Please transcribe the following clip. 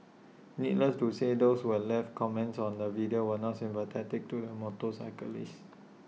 needless to say those who have left comments on the video were not sympathetic to the motorcyclist